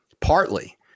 Partly